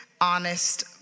honest